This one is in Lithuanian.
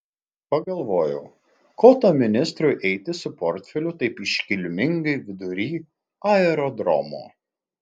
pagalvojau ko tam ministrui eiti su portfeliu taip iškilmingai vidury aerodromo